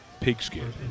pigskin